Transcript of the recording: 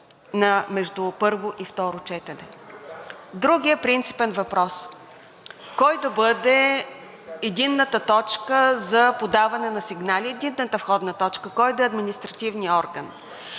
Другият принципен въпрос: кой да бъде единната точка за подаване на сигнали, единната входна точка, кой да е административният орган?